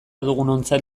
dugunontzat